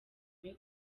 kure